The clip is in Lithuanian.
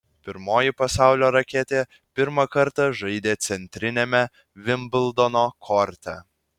pirmoji pasaulio raketė pirmą kartą žaidė centriniame vimbldono korte